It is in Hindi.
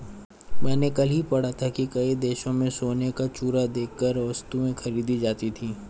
मैंने कल ही पढ़ा था कि कई देशों में सोने का चूरा देकर वस्तुएं खरीदी जाती थी